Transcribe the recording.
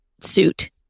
suit